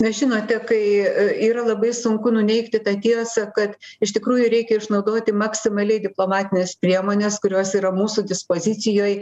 na žinote kai yra labai sunku nuneigti tą tiesą kad iš tikrųjų reikia išnaudoti maksimaliai diplomatines priemones kurios yra mūsų dispozicijoj